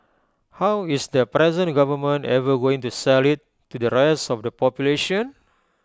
how is the present government ever going to sell IT to the rest of the population